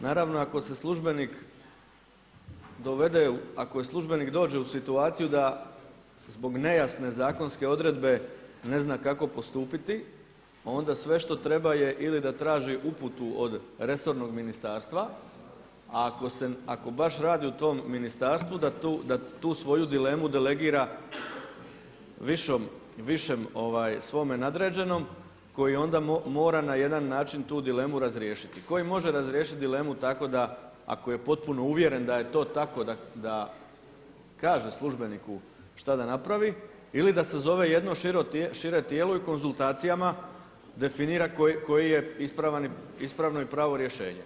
Naravno ako se službenik dovede, ako službenik dođe u situaciju da zbog nejasne zakonske odredbe ne zna kako postupiti, onda sve što treba je ili da traži uputu od resornog ministarstva, a ako baš radi u tom ministarstvu da tu svoju dilemu delegira višem svome nadređenom koji onda mora na jedan način tu dilemu razriješiti, koji može razriješit dilemu tako da ako je potpuno uvjeren da je to tako da kaže službeniku šta da napravi ili da sazove jedno šire tijelo i konzultacijama definira koje je ispravno i pravo rješenje.